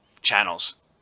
channels